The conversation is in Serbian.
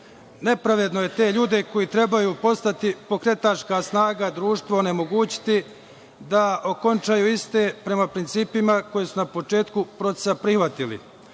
Nepravedno je te ljude koji trebaju postati pokretačka snaga društva onemogućiti da okončaju iste prema principima koje su na početku procesa prihvatili.